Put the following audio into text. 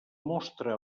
mostra